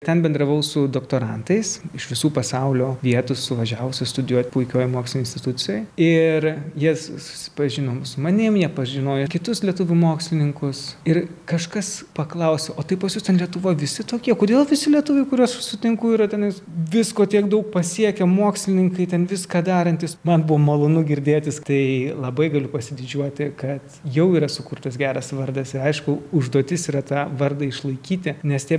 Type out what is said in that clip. ten bendravau su doktorantais iš visų pasaulio vietų suvažiavusių studijuoti puikioje mokslo institucijoj ir jas susipažinom su manimi jie pažinojo kitus lietuvių mokslininkus ir kažkas paklausė o tai pas jus ten lietuvoje visi tokie kodėl visi lietuvių kuriuos sutinku yra tenais visko tiek daug pasiekę mokslininkai ten viską darantys man buvo malonu girdėti tai labai galiu pasididžiuoti kad jau yra sukurtas geras vardas aišku užduotis yra ta vardą išlaikyti nes tie